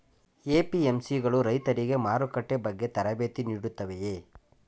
APMC ಗಳು ರೈತರಿಗೆ ಮಾರುಕಟ್ಟೆ ಬಗ್ಗೆ ತರಬೇತಿ ನೀಡುತ್ತವೆಯೇ?